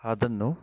ಅದನ್ನು